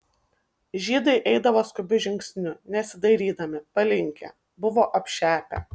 žydai eidavo skubiu žingsniu nesidairydami palinkę buvo apšepę